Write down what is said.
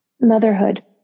Motherhood